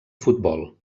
futbol